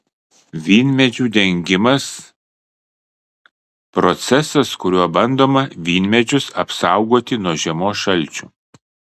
vynmedžių dengimas procesas kuriuo bandoma vynmedžius apsaugoti nuo žiemos šalčių